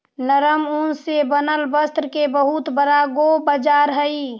नरम ऊन से बनल वस्त्र के बहुत बड़ा गो बाजार हई